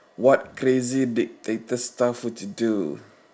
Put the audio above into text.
what crazy dictator stuff would you do